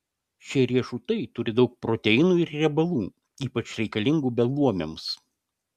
šie riešutai turi daug proteinų ir riebalų ypač reikalingų beluomiams